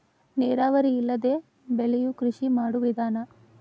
ನೇರಾವರಿ ಇಲ್ಲದೆ ಬೆಳಿಯು ಕೃಷಿ ಮಾಡು ವಿಧಾನಾ